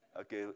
Okay